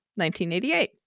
1988